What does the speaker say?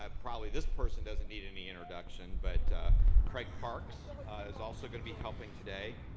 um probably this person doesn't need any introduction but craig parks is also going to be helping today.